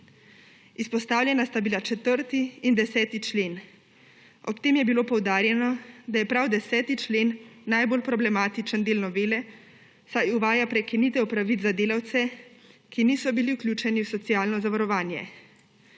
Izpostavljena sta bila 4. in 10. člen. Ob tem je bilo poudarjeno, da je prav 10. člen najbolj problematičen del novele, saj uvaja prekinitev pravic za delavce, ki niso bili vključeni v socialno zavarovanje.